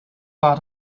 part